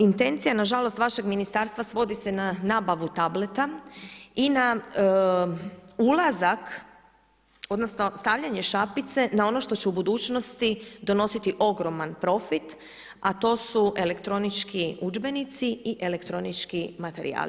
Intencija nažalost vašeg ministarstva svodi se na nabavu tableta i na ulazak odnosno stavljanje šapice na ono što će u budućnosti donositi ogroman profit a to su elektronički udžbenici i elektronički materijali.